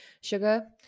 sugar